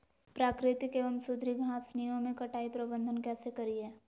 प्राकृतिक एवं सुधरी घासनियों में कटाई प्रबन्ध कैसे करीये?